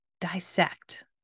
dissect